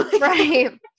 Right